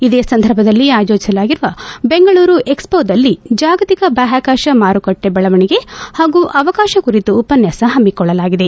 ಇದೇ ಸಂದರ್ಭದಲ್ಲಿ ಆಯೋಜಿಸಲಾಗಿರುವ ಬೆಂಗಳೂರು ಏಕ್ಷೋದಲ್ಲಿ ಜಾಗತಿಕ ಬಾಹ್ನಕಾಶ ಮಾರುಕಟ್ಟೆ ಬೆಳವಣಿಗೆ ಹಾಗೂ ಅವಕಾಶ ಕುರಿತು ಉಪನ್ನಾಸ ಹಮ್ನಿಕೊಳ್ಳಲಾಗಿದೆ